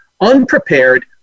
unprepared